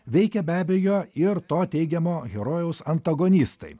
veikia be abejo ir to teigiamo herojaus antagonistai